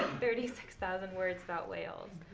thirty six thousand words about whales.